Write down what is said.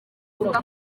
bavuga